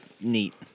neat